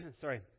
sorry